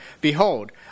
Behold